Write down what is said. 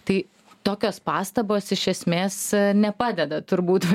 tai tokios pastabos iš esmės nepadeda turbūt